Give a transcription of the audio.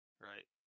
right